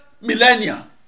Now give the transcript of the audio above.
millennia